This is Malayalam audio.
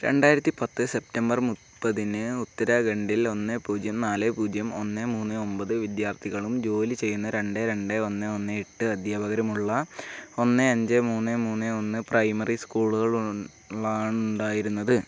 രണ്ടായിരത്തി പത്ത് സെപ്റ്റംബർ മുപ്പതിന് ഉത്തരാഖണ്ഡിൽ ഒന്ന് പൂജ്യം നാല് പൂജ്യം ഒന്ന് മൂന്ന് ഒമ്പത് വിദ്യാർത്ഥികളും ജോലിചെയ്യുന്ന രണ്ട് രണ്ട് ഒന്ന് ഒന്ന് എട്ട് അദ്ധ്യാപകരുമുള്ള ഒന്ന് അഞ്ച് മൂന്ന് മൂന്ന് ഒന്ന് പ്രൈമറി സ്കൂളുകളാണുണ്ടായിരുന്നത്